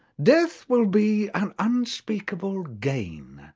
death will be an unspeakable gain.